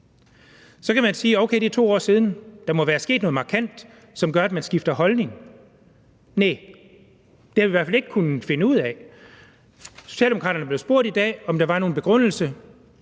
Så kan man sige, at, okay, det er 2 år siden. Der må være sket noget markant, som gør, at man skifter holdning, men næh, det har vi i hvert fald ikke kunnet finde ud af. Socialdemokraterne blev spurgt i dag, om der er nogen begrundelse,